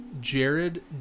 Jared